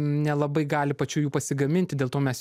nelabai gali pačių jų pasigaminti dėl to mes